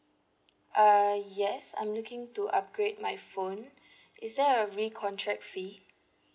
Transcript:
uh yes I'm looking to upgrade my phone is there a recontract fee